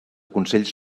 consells